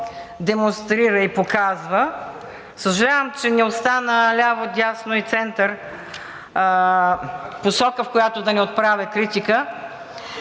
демонстрира и показва, съжалявам, че не остана ляво, дясно и център – посока, в която да не отправя критика,